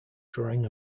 drawing